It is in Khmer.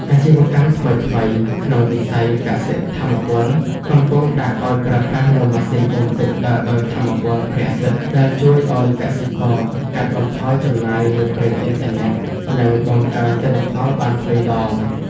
អាជីវកម្មថ្មីៗក្នុងវិស័យកសិ-ថាមពល កំពុងដាក់ឱ្យប្រើប្រាស់នូវម៉ាស៊ីនបូមទឹកដើរដោយថាមពលព្រះអាទិត្យ ដែលជួយឱ្យកសិករកាត់បន្ថយចំណាយលើប្រេងឥន្ធនៈ និងបង្កើនទិន្នផលបានទ្វេដង។